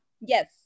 Yes